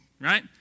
right